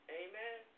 amen